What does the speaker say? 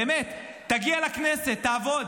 באמת, תגיע לכנסת, תעבוד.